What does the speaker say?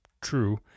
true